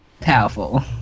powerful